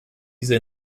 diese